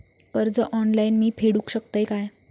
कर्ज ऑनलाइन मी फेडूक शकतय काय?